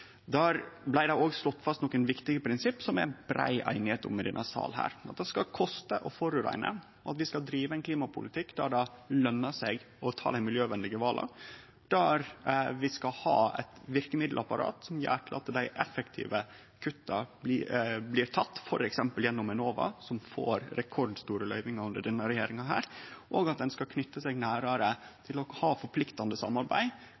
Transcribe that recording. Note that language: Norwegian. Der blei det slått fast nokre viktige prinsipp som det er brei einigheit om i denne salen. Det skal koste å forureine, og vi skal drive ein klimapolitikk der det løner seg å ta dei miljøvenlege vala, der vi skal ha eit verkemiddelapparat som gjer at dei effektive kutta blir tekne, f.eks. gjennom Enova, som får rekordstore løyvingar under denne regjeringa, og ein skal knyte seg nærare til å ha forpliktande samarbeid